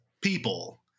people